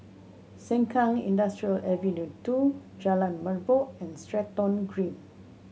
Sengkang Industrial Ave Two Jalan Merbok and Stratton Green